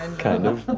kind of.